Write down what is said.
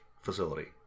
facility